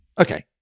Okay